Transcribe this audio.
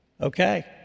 Okay